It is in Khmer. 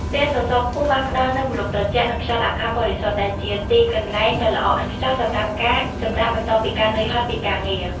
ផ្ទះសសរខ្ពស់បានផ្តល់នូវម្លប់ត្រជាក់ និងខ្យល់អាកាសបរិសុទ្ធ ដែលជាទីកន្លែងដ៏ល្អឥតខ្ចោះសម្រាប់ការសម្រាកបន្ទាប់ពីការនឿយហត់ពីការងារ។